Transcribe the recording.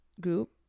group